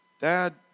Dad